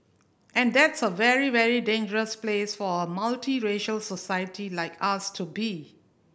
and that's a very very dangerous place for a multiracial society like us to be